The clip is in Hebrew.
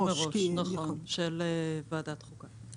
נכון, של ועדת חוקה.